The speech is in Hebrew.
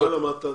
מה אתה למדת?